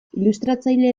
ilustratzaile